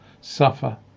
suffer